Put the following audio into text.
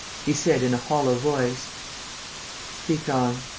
he said, in a hollow voice speak on.